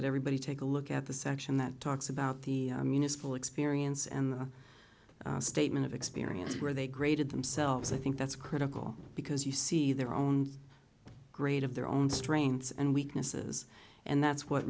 that everybody take a look at the section that talks about the municipal experience and the statement of experience where they graded themselves i think that's critical because you see their own grade of their own strengths and weaknesses and that's what